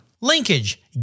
Linkage